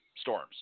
storms